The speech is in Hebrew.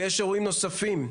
ויש אירועים נוספים.